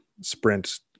sprint